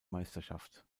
meisterschaft